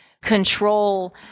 control